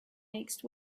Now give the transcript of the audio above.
next